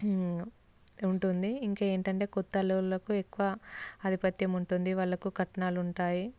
ఉంటుంది ఇంకా ఏంటంటే కొత్త అల్లుళ్ళకు ఎక్కువ ఆధిపత్యం ఉంటుంది వాళ్ళకు కట్నాలు ఉంటాయి